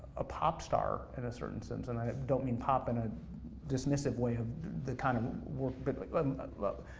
a pop star, in a certain sense, and i don't mean pop in a dismissive way, in the kind of work. but like but um ah